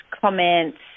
comments